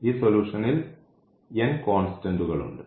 ഈ സൊലൂഷൻൽ കോൺസ്റ്റന്റ്കളുണ്ട്